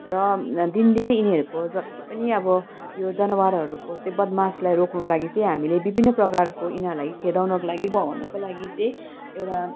र दिनदिनै यिनीहरूको जति पनि अब यो जनावरहरूको चाहिँ बदमासलाई रोक्नको लागि चाहिँ हामीले विभिन्न प्रकारको यिनीहरूलाई खेदाउनको लागि भगाउनको लागि चाहिँ एउटा